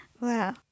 Wow